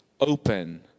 open